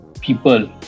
people